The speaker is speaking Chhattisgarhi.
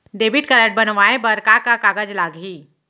डेबिट कारड बनवाये बर का का कागज लागही?